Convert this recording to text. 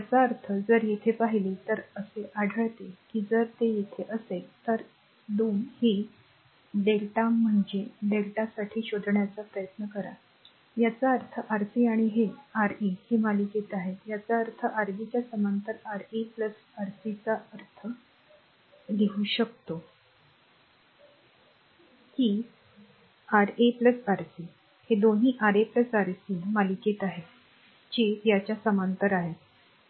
याचा अर्थ जर येथे पहिले तर असे आढळेल की जर ते येथे असेल तर 2 हे Δ म्हणजे Δ साठी शोधण्याचा प्रयत्न करा याचा अर्थ Rc आणि Ra हे मालिकेत आहेत याचा अर्थ Rb च्या समांतर Ra Rc याचा अर्थ हे लिहू शकतो की Ra Rc हे दोन्ही Ra Rc मालिकेत आहेत जे याच्या समांतर आहेत